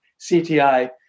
CTI